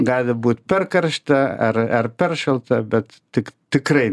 gali būt per karšta ar ar per šalta bet tik tikrai